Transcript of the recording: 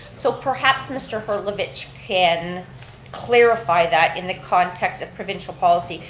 so perhaps mr. herlovitch can clarify that in the context of provincial policy,